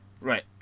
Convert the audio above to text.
Right